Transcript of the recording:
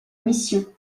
mission